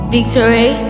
Victory